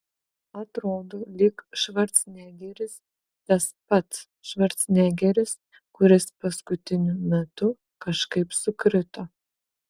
atrodo lyg švarcnegeris tas pats švarcnegeris kuris paskutiniu metu kažkaip sukrito